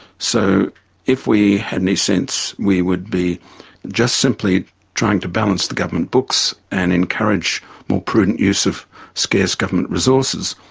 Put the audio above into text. so if we had any sense we would be just simply trying to balance the government books and encourage more prudent use of scarce government resources.